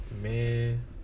Man